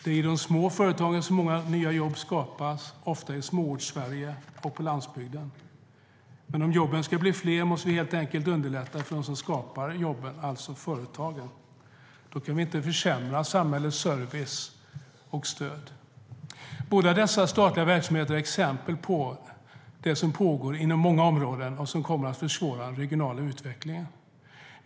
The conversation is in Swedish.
Det är i de små företagen som många nya jobb skapas, ofta i Småortssverige och på landsbygden. Men om jobben ska bli fler måste vi underlätta för dem som skapar jobben, alltså företagen. Då kan vi inte försämra samhällets service och stöd. Båda dessa statliga verksamheter är exempel på det som pågår inom många områden och som kommer att försvåra den regionala utvecklingen.